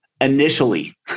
Initially